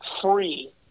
free